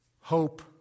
Hope